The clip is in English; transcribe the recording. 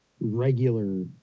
regular